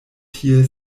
tie